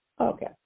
Okay